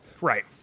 right